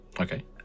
Okay